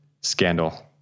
scandal